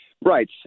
Right